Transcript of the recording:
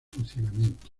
funcionamiento